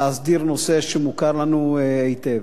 להסדיר נושא שמוכר לנו היטב,